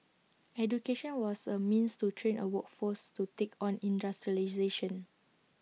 education was A means to train A workforce to take on industrialisation